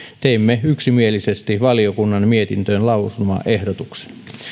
teimme yksimielisesti valiokunnan mietintöön lausumaehdotuksen